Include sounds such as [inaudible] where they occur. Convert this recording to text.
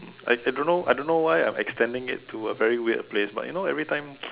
I I don't know I don't know why I'm extending it to a very weird place but you know every time [noise]